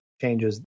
changes